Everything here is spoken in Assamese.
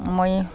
মই